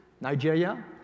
Nigeria